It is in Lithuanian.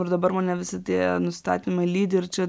ir dabar mane visi tie nusistatymai lydi ir čia